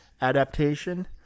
adaptation